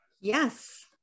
Yes